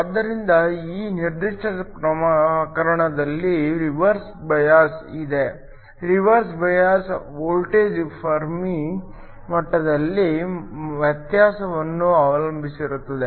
ಆದ್ದರಿಂದ ಈ ನಿರ್ದಿಷ್ಟ ಪ್ರಕರಣದಲ್ಲಿ ರಿವರ್ಸ್ ಬಯಾಸ್ ಇದೆ ರಿವರ್ಸ್ ಬಯಾಸ್ ವೋಲ್ಟೇಜ್ ಫೆರ್ಮಿ ಮಟ್ಟದಲ್ಲಿನ ವ್ಯತ್ಯಾಸವನ್ನು ಅವಲಂಬಿಸಿರುತ್ತದೆ